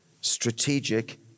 strategic